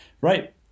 Right